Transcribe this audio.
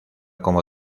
como